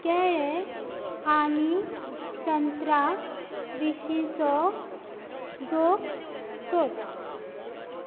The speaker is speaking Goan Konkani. केळे आनी संत्रा विशीचो जोक सोद